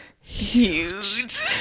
huge